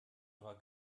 aber